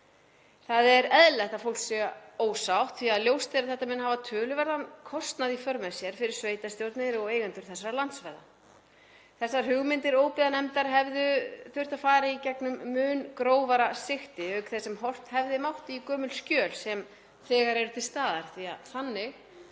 Það er eðlilegt að fólk sé ósátt því að ljóst er að þetta mun hafa töluverðan kostnað í för með sér fyrir sveitarstjórnir og eigendur þessara landsvæða. Þessar hugmyndir óbyggðanefndar hefðu þurft að fara í gegnum mun grófara sigti auk þess sem horfa hefði mátt á gömul skjöl sem þegar eru til staðar, því að þannig